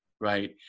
right